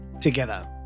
together